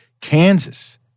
Kansas